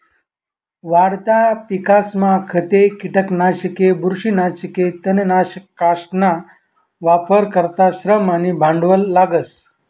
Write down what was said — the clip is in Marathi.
वाढता पिकसमा खते, किटकनाशके, बुरशीनाशके, तणनाशकसना वापर करता श्रम आणि भांडवल लागस